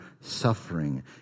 suffering